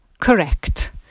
correct